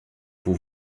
vous